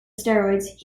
steroids